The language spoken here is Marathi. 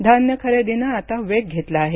धान्य खरेदीनं आता वेग घेतला आहे